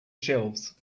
shelves